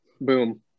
Boom